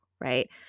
right